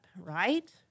right